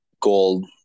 gold